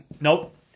nope